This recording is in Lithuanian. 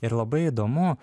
ir labai įdomu